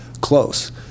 close